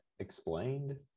explained